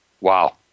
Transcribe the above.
Wow